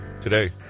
Today